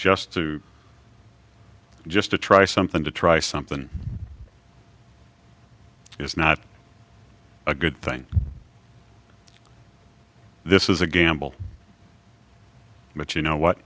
just to just to try something to try something is not a good thing this is a gamble much you know what